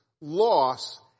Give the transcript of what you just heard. loss